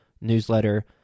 newsletter